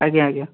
ଆଜ୍ଞା ଆଜ୍ଞା